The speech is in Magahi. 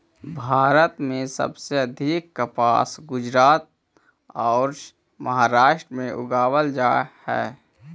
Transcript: भारत में सबसे अधिक कपास गुजरात औउर महाराष्ट्र में उगावल जा हई